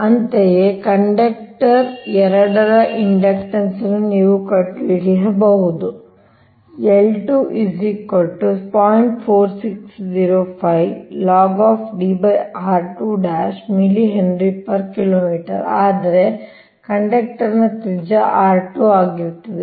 ಅಂತೆಯೇ ಕಂಡಕ್ಟರ್ 2ರ ಇಂಡಕ್ಟನ್ಸ್ ಅನ್ನು ನೀವು ಕಂಡುಹಿಡಿಯಬಹುದು ಆದರೆ ಕಂಡಕ್ಟರ್ ನ ತ್ರಿಜ್ಯ r₂ ಆಗಿರುತ್ತದೆ